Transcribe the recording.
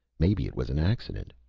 maybe it was an accident.